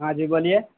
ہاں جی بولیے